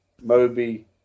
Moby